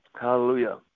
Hallelujah